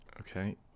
Okay